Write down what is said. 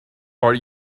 are